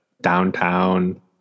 downtown